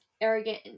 arrogant